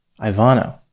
Ivano